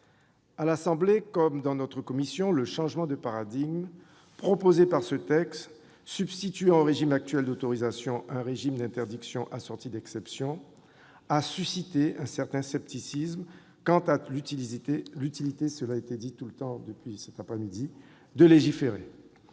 sein de notre commission de la culture, le changement de paradigme proposé par les auteurs de ce texte, substituant au régime actuel d'autorisation un régime d'interdiction assorti d'exceptions, a suscité un certain scepticisme quant à l'utilité de légiférer.